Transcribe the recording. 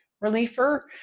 reliever